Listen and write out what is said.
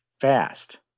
fast